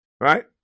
right